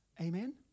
Amen